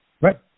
Right